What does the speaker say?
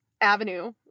Avenue